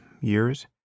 years